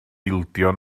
ildio